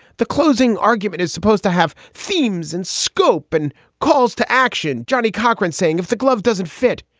the closing argument is supposed to have themes in scope and calls to action. johnnie cochran saying if the glove doesn't fit,